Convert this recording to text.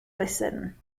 listen